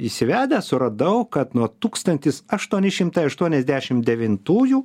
įsivedęs suradau kad nuo tūkstantis aštuoni šimtai aštuoniasdešim devintųjų